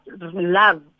love